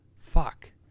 Fuck